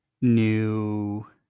new